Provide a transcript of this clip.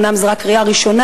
אומנם זו רק קריאה ראשונה,